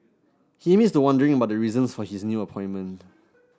he admits to wondering about the reasons for his new appointment